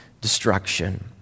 destruction